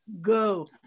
Go